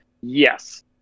yes